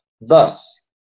Thus